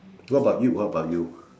what about you what about you